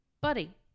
buddy